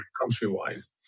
country-wise